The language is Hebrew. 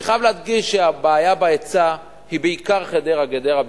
אני חייב להדגיש שהבעיה בהיצע היא בעיקר חדרה גדרה,